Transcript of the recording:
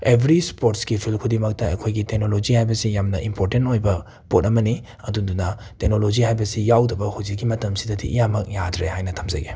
every ꯁ꯭ꯄꯣꯔꯠꯁꯀꯤ field ꯈꯨꯗꯤꯡꯃꯛꯇ ꯑꯩꯈꯣꯏꯒꯤ ꯇꯦꯛꯅꯣꯂꯣꯖꯤ ꯍꯥꯏꯕꯁꯤ ꯌꯥꯝꯅ ꯏꯝꯄꯣꯔꯇꯦꯟ ꯑꯣꯏꯕ ꯄꯣꯠ ꯑꯃꯅꯤ ꯑꯗꯨꯗꯨꯅ ꯇꯦꯛꯅꯣꯂꯣꯖꯤ ꯍꯥꯏꯕꯁꯤ ꯌꯥꯎꯗꯕ ꯍꯧꯖꯤꯛꯀꯤ ꯃꯇꯝꯁꯤꯗꯗꯤ ꯏꯌꯥꯃꯛ ꯌꯥꯗ꯭ꯔꯦ ꯍꯥꯏꯅ ꯊꯝꯖꯒꯦ